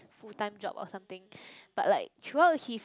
full time job or something but like through out he's